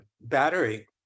battery